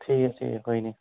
ठीक ऐ ठीक ऐ कोई निं